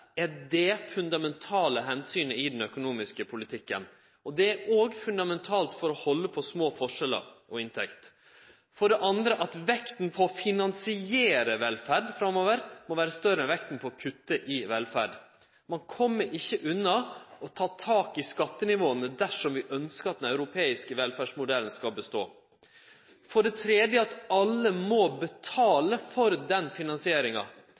alle det fundamentale omsynet i den økonomiske politikken. Det er òg fundamentalt for å halde på små forskjellar og inntekter. For det andre må vekt på å finansiere velferd framover vere større enn vekt på å kutte i velferd. Ein kjem ikkje unna å ta tak i skattenivåa dersom ein ønskjer at den europeiske velferdsmodellen skal bestå. For det tredje må alle betale for den finansieringa.